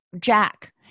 Jack